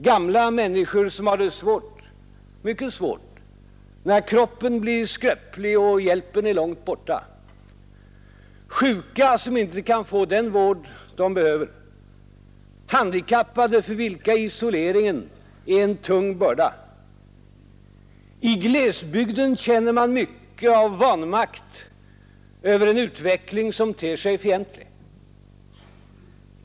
Gamla människor som har det svårt, mycket svårt, när kroppen blir skröplig och hjälpen är långt borta, sjuka som inte kan få den vård de behöver, handikappade för vilka isoleringen är en tung börda. I glesbygder känner man mycket av vanmakt över en utveckling som ter sig fientlig.